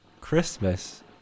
christmas